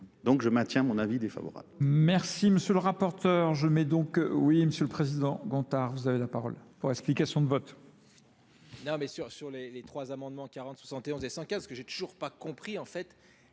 Donc je maintiens mon avis défavorable.